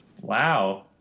Wow